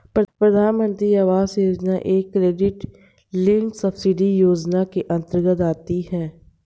प्रधानमंत्री आवास योजना एक क्रेडिट लिंक्ड सब्सिडी योजना के अंतर्गत आती है